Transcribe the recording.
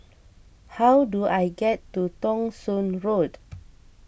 how do I get to Thong Soon Road